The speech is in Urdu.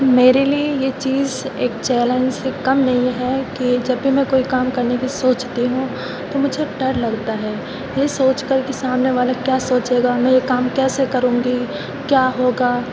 میرے لیے یہ چیز ایک چیلنج سے کم نہیں ہے کہ جب بھی میں کوئی کام کرنے کی سوچتی ہوں تو مجھے ڈر لگتا ہے یہ سوچ کر کہ سامنے والا کیا سوچے گا میں یہ کام کیسے کروں گی کیا ہوگا